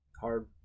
hard